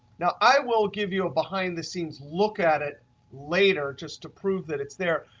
now i will give you a behind the scenes look at it later just to prove that it's there.